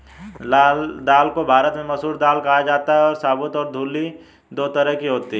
लाल दाल को भारत में मसूर दाल कहा जाता है और साबूत और धुली दो तरह की होती है